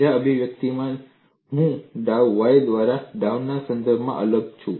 બીજા અભિવ્યક્તિમાં હું ડાઉ y દ્વારા ડાઉના સંદર્ભમાં અલગ છું